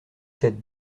sept